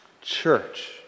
church